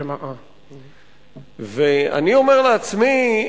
ואני אומר לעצמי,